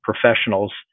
professionals